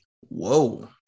whoa